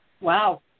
Wow